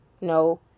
No